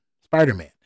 Spider-Man